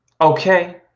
Okay